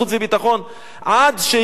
אבל איך אמרו היום,